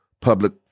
public